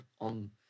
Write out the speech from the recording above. on